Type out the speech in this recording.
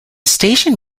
station